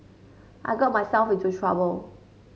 I got myself into trouble